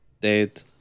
dead